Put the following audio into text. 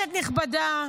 כנסת נכבדה,